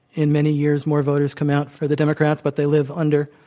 in many years, more voters come out for the democrats, but they live under